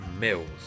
Mills